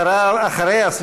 אחריה,